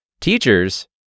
teachers